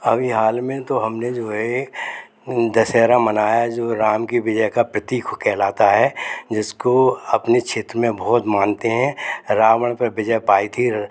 अभी हाल में तो हमने जो है ये दशहरा मनाया जो राम के विजय का प्रतीक कहलाता है जिसको अपने क्षेत्र में बहुत मानते हैं रावण पे विजय पाई थी